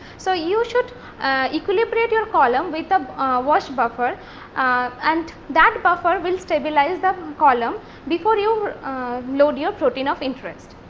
so, you should equilibrate your column with the wash buffer and that buffer will stabilize the column before you load your protein of interest.